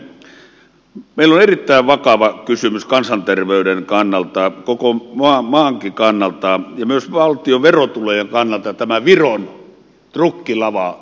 ministeri huovinen meillä on erittäin vakava kysymys kansanterveyden kannalta koko maankin kannalta ja myös valtion verotulojen kannalta tämä viron trukkilavailmiö